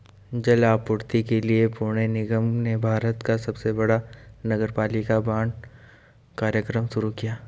जल आपूर्ति के लिए पुणे निगम ने भारत का सबसे बड़ा नगरपालिका बांड कार्यक्रम शुरू किया